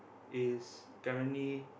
is currently